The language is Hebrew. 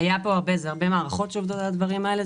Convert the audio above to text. זה הרבה מערכות שעובדות על הדברים האלה.